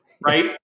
Right